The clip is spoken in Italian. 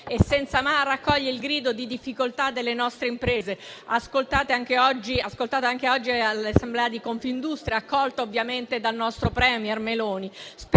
e senza ma, raccoglie il grido di difficoltà delle nostre imprese - ascoltate anche oggi all'assemblea di Confindustria ed accolte ovviamente dal nostro *premier* Meloni